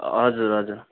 हजुर हजुर